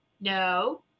no